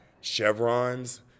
chevrons